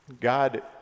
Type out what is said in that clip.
God